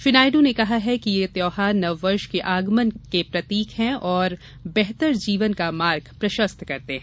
श्री नायडू ने कहा कि ये त्यौहार नववर्ष के आगमन के प्रतिक हैं और बेहतर जीवन का मार्ग प्रशस्त करते हैं